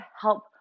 help